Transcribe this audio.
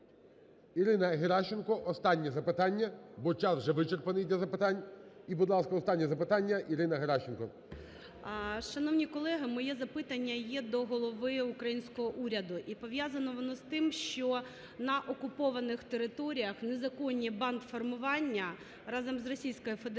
Ірина Геращенко, останнє запитання, бо час вже вичерпаний для запитань. І, будь ласка, останнє запитання, Ірина Геращенко. 11:12:37 ГЕРАЩЕНКО І.В. Шановні колеги! Моє запитання є до голови українського уряду. І пов'язано воно з тим, що на окупованих територіях незаконні бандформування разом з Російською Федерацією,